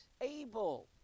Abel